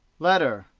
letter,